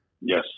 Yes